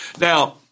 Now